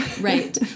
Right